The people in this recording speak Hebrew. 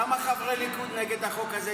למה חברי ליכוד נגד החוק הזה,